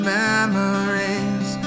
memories